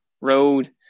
road